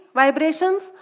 vibrations